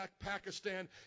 Pakistan